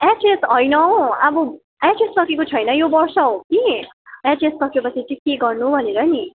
HS होइन हो अब एचएस सकेको छैन यो वर्ष हो कि एचएस सके पछि चाहिँ के गर्नु भनेर नि